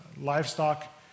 livestock